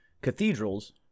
cathedrals